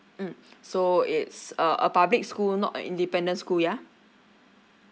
mm so it's a a public school not an independent school yeah